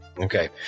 Okay